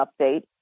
update